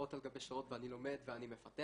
שעות על גבי שעות ואני לומד ואני מפתח